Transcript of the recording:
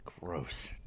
Gross